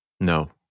No